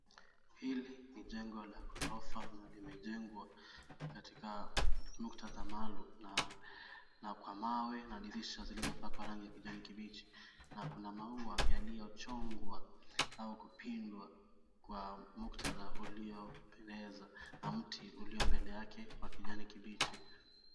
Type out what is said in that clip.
Hili ni jengo la ghorofa na limejengwa katika muktadha maalum na kwa mawe na dirisha zilizopakwa rangi ya kijani kibichi na kuna maua yaliyochongwa au kupindwa. Kwa muktadha ulioelezwa na mti ulio mbele yake wa kijani kibichi.